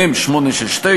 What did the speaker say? מ/869,